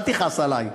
אל תכעס עלי.